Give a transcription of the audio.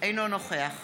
אינו נוכח